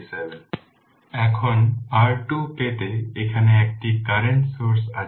এখন R2 পেতে এখানে একটি কারেন্ট সোর্স আছে